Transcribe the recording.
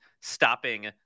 stopping